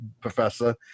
Professor